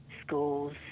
schools